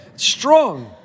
strong